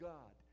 God